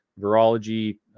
virology